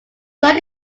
song